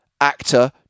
actor